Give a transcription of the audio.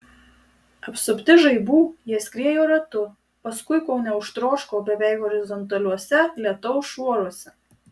apsupti žaibų jie skriejo ratu paskui ko neužtroško beveik horizontaliuose lietaus šuoruose